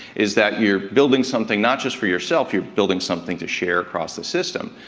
is that you're building something not just for yourself, you're building something to share across the system.